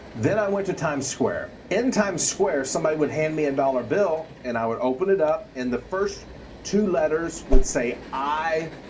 then i went to times square. in times square somebody would hand me a dollar bill, and i would open it up. and the first two letters would say i,